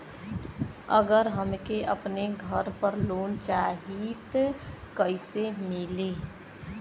अगर हमके अपने घर पर लोंन चाहीत कईसे मिली?